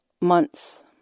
months